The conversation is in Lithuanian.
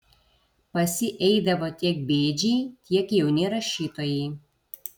pas jį eidavo tiek bėdžiai tiek jauni rašytojai